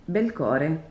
Belcore